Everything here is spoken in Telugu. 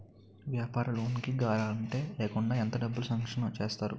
వ్యాపార లోన్ కి గారంటే లేకుండా ఎంత డబ్బులు సాంక్షన్ చేస్తారు?